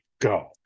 go